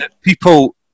People